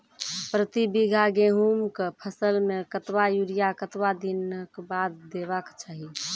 प्रति बीघा गेहूँमक फसल मे कतबा यूरिया कतवा दिनऽक बाद देवाक चाही?